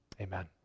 amen